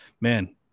man